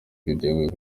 twiteguye